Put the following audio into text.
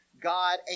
God